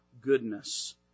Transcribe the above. goodness